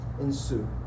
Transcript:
ensue